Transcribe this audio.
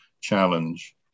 challenge